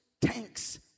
tanks